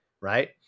right